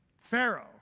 Pharaoh